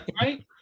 Right